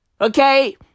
Okay